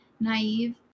naive